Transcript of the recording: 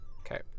Okay